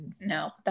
No